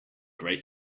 great